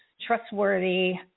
trustworthy